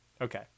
Okay